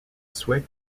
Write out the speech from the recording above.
souhait